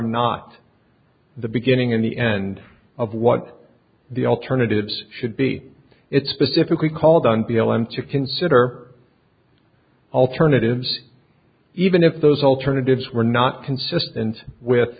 not the beginning and the end of what the alternatives should be it's specifically called on b l m to consider alternatives even if those alternatives were not consistent with